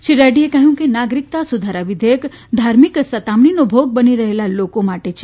શ્રી રેડ્ડીએ કહ્યું કે નાગરીકતા સુધારા વિઘેયક ધાર્મિક સતામણીનો ભોગ બની રહેલા લોકો માટે છે